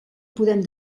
podem